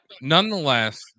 nonetheless